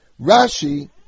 Rashi